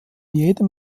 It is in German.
jedem